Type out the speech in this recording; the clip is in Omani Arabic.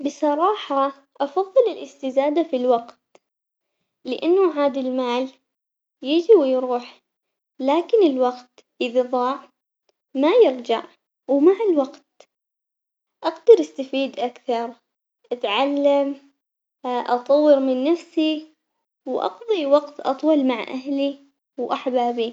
بصراحة أفضل الاستزادة في الوقت لأنه هذا المال ييجي ويروح لكن الوقت إذا ضاع ما يرجع، ومع الوقت أقدر أستفيد أكثر أتعلم أطور من نفسي، وأقضي وقت أطول مع أهلي وأحبابي.